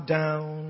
down